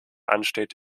ansteht